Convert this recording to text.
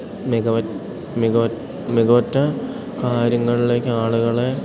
മികവുറ്റ മികവുറ്റ മികവുറ്റ കാര്യങ്ങളിലേക്കാളുകളെ